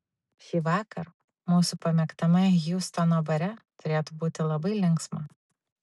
šįvakar mūsų pamėgtame hjustono bare turėtų būti labai linksma